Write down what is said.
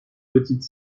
petite